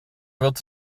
wird